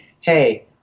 hey